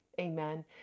Amen